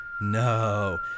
no